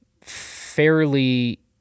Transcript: fairly